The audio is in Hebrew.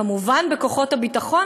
כמובן בכוחות הביטחון.